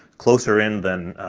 closer in than,